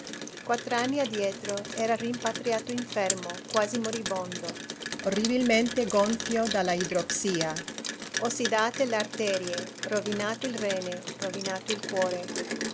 conoscesse quattr'anni addietro era rimpatriato infermo quasi moribondo orribilmente gonfio dall'idropisia ossidate le arterie rovinato il rene rovinato il cuore